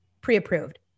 pre-approved